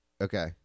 Okay